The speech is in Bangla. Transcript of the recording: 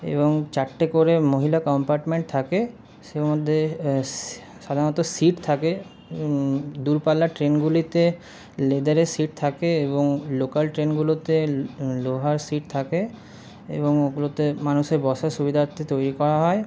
এবং চারটে করে মহিলা কম্পার্টমেন্ট থাকে সে মধ্যে সাধারণত সিট থাকে দূরপাল্লার ট্রেনগুলিতে লেদারের সিট থাকে এবং লোকাল ট্রেনগুলোতে লোহার সিট থাকে এবং ওগুলোতে মানুষের বসার সুবিধার্থে তৈরি করা হয়